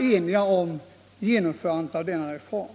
ena oss om genomförandet av denna reform.